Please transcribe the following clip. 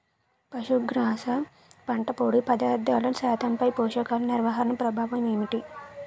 పశుగ్రాస పంట పొడి పదార్థాల శాతంపై పోషకాలు నిర్వహణ ప్రభావం ఏమిటి?